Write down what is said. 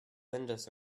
windows